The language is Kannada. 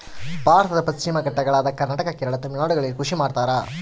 ಭಾರತದ ಪಶ್ಚಿಮ ಘಟ್ಟಗಳಾದ ಕರ್ನಾಟಕ, ಕೇರಳ, ತಮಿಳುನಾಡುಗಳಲ್ಲಿ ಕೃಷಿ ಮಾಡ್ತಾರ?